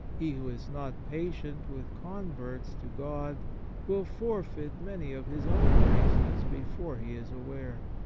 he who is not patient with con verts to god will forfeit many of his own graces before he is aware.